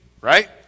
right